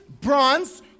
bronze